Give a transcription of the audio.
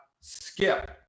skip